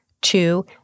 Two